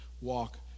walk